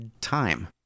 time